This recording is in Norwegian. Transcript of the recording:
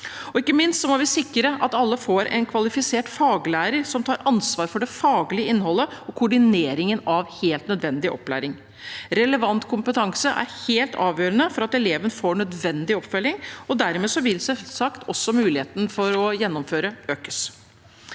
– Ikke minst må vi sikre at alle får en kvalifisert faglærer som tar ansvar for det faglige innholdet og koordineringen av helt nødvendig opplæring. Relevant kompetanse er helt avgjørende for at eleven får nødvendig oppfølging, og dermed vil selvsagt også muligheten for å gjennomføre økes.